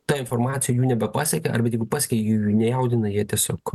ta informacija jų nebepasiekia arba jeigu pasiekia jų nejaudina jie tiesiog